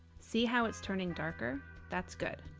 see how it's turning darker that's good.